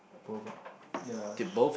both ah ya